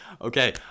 Okay